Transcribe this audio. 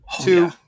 Two